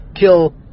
kill